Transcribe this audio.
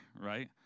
right